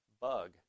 bug